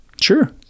Sure